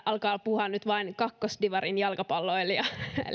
alkaa puhua nyt vain kakkosdivarin jalkapalloilija